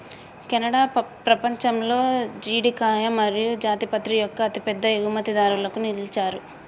Canada పపంచంలో జీడికాయ మరియు జాపత్రి యొక్క అతిపెద్ద ఎగుమతిదారులుగా నిలిచారు